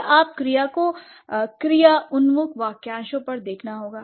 फिर आपको क्रिया को क्रिया उन्मुख वाक्यांशों पर देखना होगा